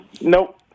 Nope